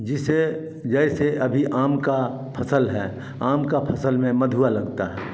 जिसे जैसे अभी आम का फ़सल है आम का फ़सल में मधुआ लगता है